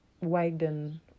widen